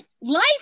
life